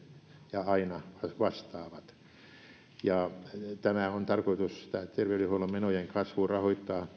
ja aina vastaavat tämä terveydenhuollon menojen kasvu on tarkoitus rahoittaa